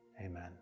Amen